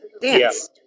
dance